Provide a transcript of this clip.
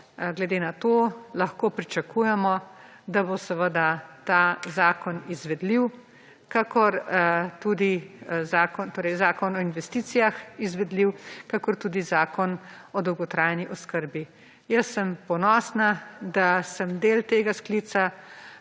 Glede na to lahko pričakujemo, da bo seveda ta zakon izvedljiv, kakor tudi zakon, torej zakon o investicijah izvedljiv, kakor tudi zakon o dolgotrajni oskrbi. Jaz sem ponosna, da sem del tega sklica